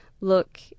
look